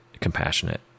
compassionate